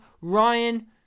Ryan